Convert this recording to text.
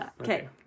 Okay